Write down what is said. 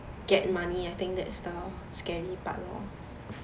get money I think that's the scary part lor